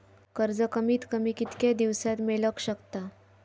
कर्ज कमीत कमी कितक्या दिवसात मेलक शकता?